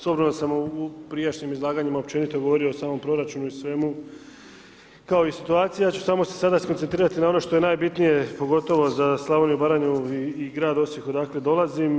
S obzirom da sam u prijašnjim izlaganjima općenito govorio o samom proračunu i svemu, kao i situacija, ja ću samo sada se skoncentrirati na ono što je najbitnije, pogotovo za Slavoniju, Baranju i grad Osijek, odakle dolazim.